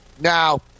Now